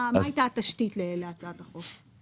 מה הייתה התשתית להצעת החוק?